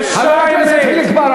חבר הכנסת חיליק בר,